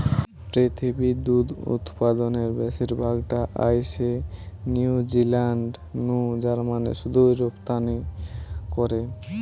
পৃথিবীর দুধ উতপাদনের বেশির ভাগ টা আইসে নিউজিলান্ড নু জার্মানে শুধুই রপ্তানি করে